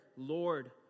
Lord